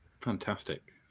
fantastic